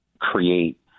create